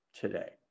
today